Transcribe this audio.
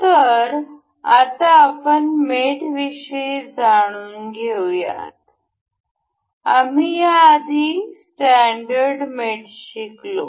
तर आता आपण मेट विषयी जाणून घेऊयात आम्ही याआधी स्टॅंडर्ड मेट शिकलो